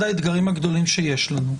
יתרה מזו, אחד האתגרים הגדולים שיש לנו היום,